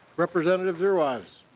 representative zerwas.